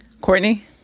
Courtney